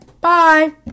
Bye